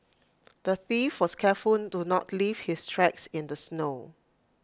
the thief was careful to not leave his tracks in the snow